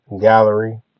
gallery